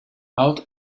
out